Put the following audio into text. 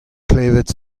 klevet